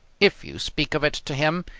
if you speak of it to him,